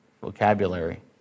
vocabulary